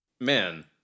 Man